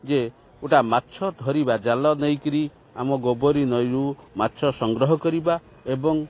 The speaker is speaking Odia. ଯେ ଗୋଟା ମାଛ ଧରିବା ଜାଲ ନେଇକି ଆମ ଗୋବରୀ ନଈରୁ ମାଛ ସଂଗ୍ରହ କରିବା ଏବଂ